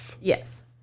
Yes